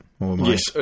yes